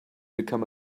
become